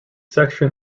section